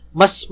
mas